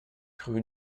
rue